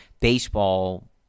baseball